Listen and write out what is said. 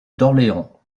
d’orléans